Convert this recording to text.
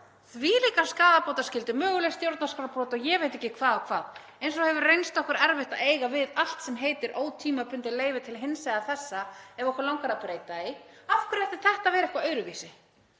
þvílíka skaðabótaskyldu, möguleg stjórnarskrárbrot og ég veit ekki hvað og hvað. Það hefur reynst okkur erfitt að eiga við allt sem heitir ótímabundið leyfi til hins eða þessa ef okkur langar að breyta því og af hverju ætti þetta að vera eitthvað öðruvísi?